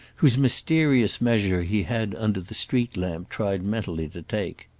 whose mysterious measure he had under the street-lamp tried mentally to take.